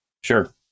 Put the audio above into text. Sure